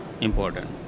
important